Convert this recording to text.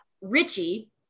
Richie